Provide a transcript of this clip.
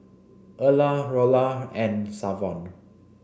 Erla Laura and Savon